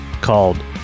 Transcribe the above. called